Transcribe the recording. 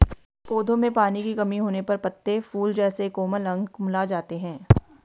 पौधों में पानी की कमी होने पर पत्ते, फूल जैसे कोमल अंग कुम्हला जाते हैं